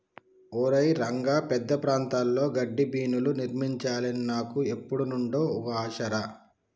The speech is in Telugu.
ఒరై రంగ పెద్ద ప్రాంతాల్లో గడ్డిబీనులు నిర్మించాలి అని నాకు ఎప్పుడు నుండో ఓ ఆశ రా